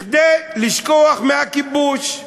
כדי לשכוח מהכיבוש,